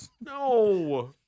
No